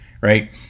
Right